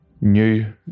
new